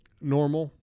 normal